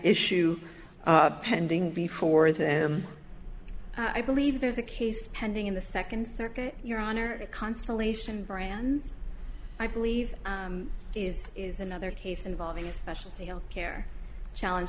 issue pending before them i believe there's a case pending in the second circuit your honor a constellation brands i believe is is another case involving a special sale care challenge